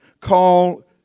call